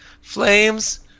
Flames